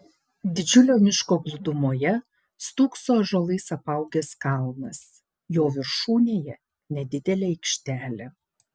didžiulio miško glūdumoje stūkso ąžuolais apaugęs kalnas jo viršūnėje nedidelė aikštelė